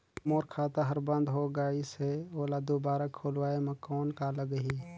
मोर खाता हर बंद हो गाईस है ओला दुबारा खोलवाय म कौन का लगही?